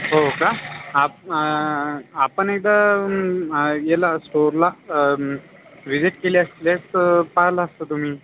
हो का आप अं आपण एकदा ह्याला स्टोरला विजिट केली असते तर पाहिलं असतं तुम्ही